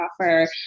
offer